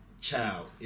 child